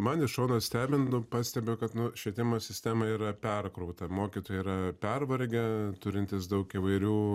man iš šono stebint pastebiu kad nu švietimo sistema yra perkrauta ir mokytojai yra pervargę turintys daug įvairių